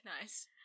Nice